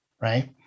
right